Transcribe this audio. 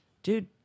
Dude